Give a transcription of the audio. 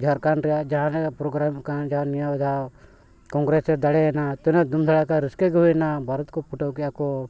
ᱡᱷᱟᱲᱠᱷᱚᱸᱰ ᱨᱮᱭᱟᱜ ᱡᱟᱦᱟᱸᱱᱟᱜ ᱯᱨᱳᱜᱨᱟᱢ ᱠᱟᱱᱟ ᱡᱟᱦᱟᱸ ᱱᱤᱭᱟᱹ ᱠᱚᱝᱜᱨᱮᱥ ᱨᱮ ᱫᱟᱲᱮᱭᱮᱱᱟ ᱛᱤᱱᱟᱹᱜ ᱫᱷᱩᱢ ᱫᱷᱟᱲᱟᱠᱠᱟ ᱨᱟᱹᱥᱠᱟᱹ ᱜᱮ ᱦᱩᱭᱮᱱᱟ ᱵᱟᱨᱩᱛ ᱠᱚ ᱯᱩᱴᱟᱹᱣ ᱠᱮᱜᱼᱟ ᱠᱚ